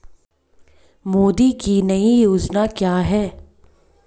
मोदी की नई योजना क्या है?